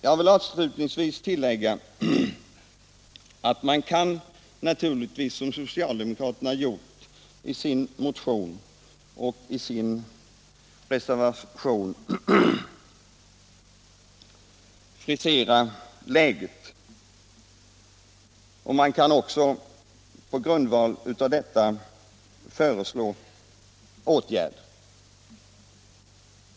Jag vill avslutningsvis tillägga att man, som socialdemokraterna gjort i sin motion och i sin reservation, naturligtvis kan försöka frisera läget och på grundval härav föreslå åtgärder.